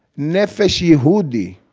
nefesh yehudi.